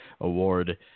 award